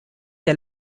der